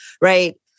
right